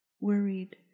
Worried